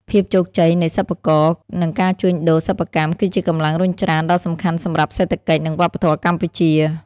ភាពជោគជ័យនៃសិប្បករ និងការជួញដូរសិប្បកម្ម គឺជាកម្លាំងរុញច្រានដ៏សំខាន់សម្រាប់សេដ្ឋកិច្ច និងវប្បធម៌កម្ពុជា។